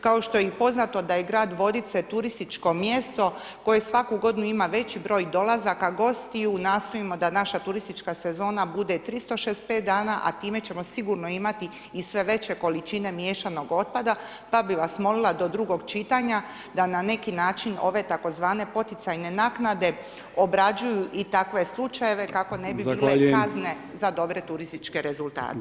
Kao što je poznato da je grad Vodice turističko mjesto, koje svake g. ima veći broj dolazaka gostiju, nastojimo da naša turistička sezona bude 365 dana a time ćemo sigurno imati i sve veće količine miješanog otpada, pa bi vas molila da do drugog čitanja, da na neki način, ove tzv. poticajne naknade obrađuju i takve slučajeve kako ne bi bile kazne za dobre turističke rezultate.